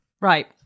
right